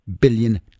billion